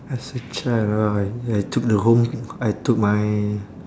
as a child oh I I took the home I took my